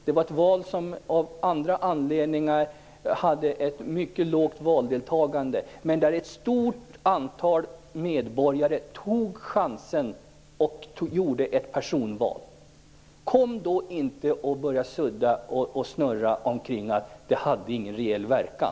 Det var ett val där valdeltagandet av andra anledningar var mycket lågt, men ett stort antal medborgare tog chansen och utnyttjade möjligheten till personval. Kom då inte och säg att reglerna inte hade någon reell verkan!